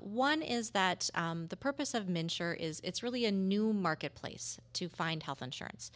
one is that the purpose of minister is it's really a new marketplace to find health insurance